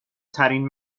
ترین